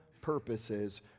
purposes